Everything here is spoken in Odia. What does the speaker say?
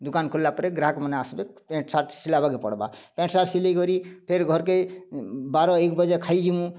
ଦୁକାନ୍ ଖୁଲ୍ଲା ପରେ ଗ୍ରାହାକ୍ ମାନେ ଆସ୍ବେ ପେଣ୍ଟ୍ ସାର୍ଟ୍ ସିଲାବାକେ ପଡ଼୍ବା ପେଣ୍ଟ୍ ସାର୍ଟ୍ ସିଲେଇକରି ଫେର୍ ଘର୍କେ ବାର ଏକ୍ ବଜେ ଖାଇଯିମୁ